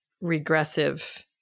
regressive